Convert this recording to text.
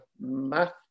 math